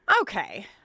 okay